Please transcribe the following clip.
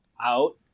Out